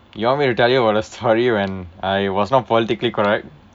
you want me to tell you about a story when I was not politically correct